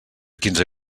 quinze